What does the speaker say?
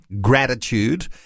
gratitude